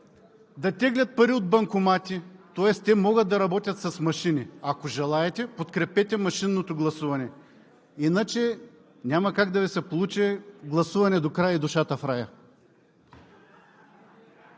да теглят пари от банкомати, тоест те могат да работят с машини. Ако желаете, подкрепете машинното гласуване. Иначе няма как да Ви се получи гласуване до края и душата в рая.